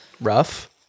rough